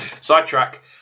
sidetrack